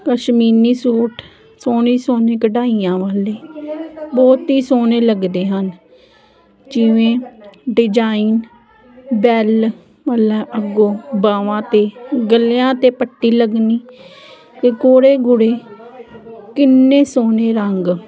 ਪਸ਼ਮੀਨੀ suit ਸੋਹਣੀ ਸੋਹਣੀ ਕਢਾਈਆਂ ਵਾਲੇ ਬਹੁਤ ਹੀ ਸੋਹਣੇ ਲੱਗਦੇ ਹਨ ਜਿਵੇਂ ਡਿਜ਼ਾਇਨ ਬੈਲ ਮਤਲਬ ਅੱਗੋਂ ਬਾਵਾਂ 'ਤੇ ਗਲਿਆਂ 'ਤੇ ਪੱਟੀ ਲੱਗਣੀ ਅਤੇ ਗੂੜੇ ਗੂੜੇ ਕਿੰਨੇ ਸੋਹਣੇ ਰੰਗ